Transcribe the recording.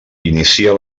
inicia